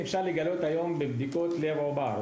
אפשר לגלות היום מומי לב מולדים בבדיקות לב עובר.